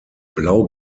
blau